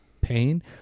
pain